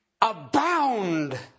Abound